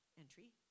entry